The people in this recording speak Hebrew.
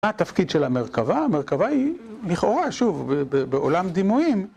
מה התפקיד של המרכבה? המרכבה היא לכאורה, שוב, בעולם דימויים